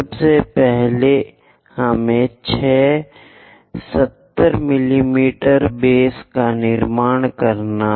सबसे पहले हमें छह 70 मिमी बेस का निर्माण करना होगा